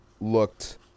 looked